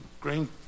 green